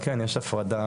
אבל כן יש הפרדה,